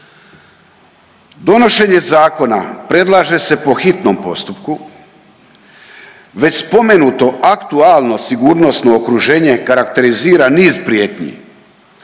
Donošenje zakona predlaže se po hitnom postupku. Već spomenuto aktualno sigurnosno okruženje karakterizira niz prijetnji,